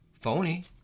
phony